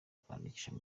kwandikira